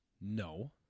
No